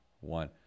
one